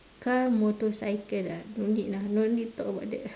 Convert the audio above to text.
car motorcycle ah no need lah no need talk about that